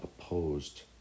opposed